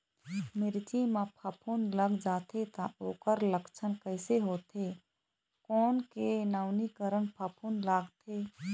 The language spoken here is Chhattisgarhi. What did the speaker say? मिर्ची मा फफूंद लग जाथे ता ओकर लक्षण कैसे होथे, कोन के नवीनीकरण फफूंद लगथे?